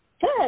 Good